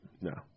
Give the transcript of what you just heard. no